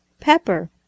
Pepper